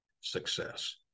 success